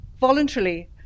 voluntarily